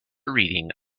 reading